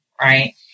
Right